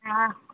हा